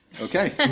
Okay